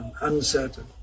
uncertain